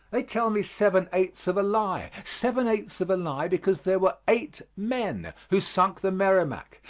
they tell me seven-eighths of a lie seven-eighths of a lie, because there were eight men who sunk the merrimac.